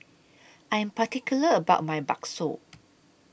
I Am particular about My Bakso